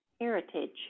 heritage